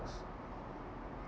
s~